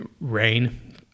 rain